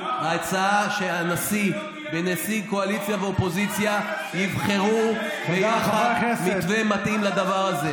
שהנשיא ונציגי הקואליציה והאופוזיציה יבחרו ביחד מתווה מתאים לזה.